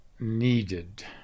needed